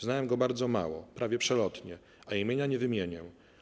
Znałem go bardzo mało, prawie przelotnie, a imienia nie wymienię.